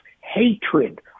hatred